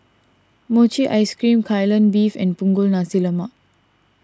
Mochi Ice Cream Kai Lan Beef and Punggol Nasi Lemak